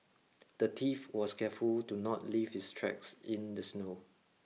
the thief was careful do not leave his tracks in the snow